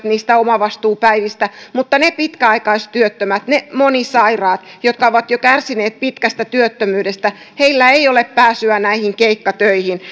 niistä omavastuupäivistä mutta niillä pitkäaikaistyöttömillä niillä monisairailla jotka ovat jo kärsineet pitkästä työttömyydestä ei ole pääsyä näihin keikkatöihin